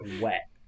wet